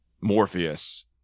Morpheus